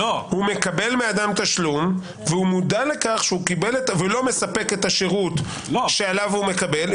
הוא מקבל מאדם תשלום והוא לא מספק את השירות שעליו הוא מקבל.